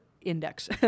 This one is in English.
index